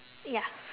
ya